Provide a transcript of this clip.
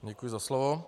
Děkuji za slovo.